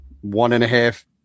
one-and-a-half